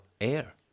air